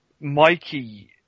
mikey